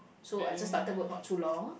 so I just started work not too long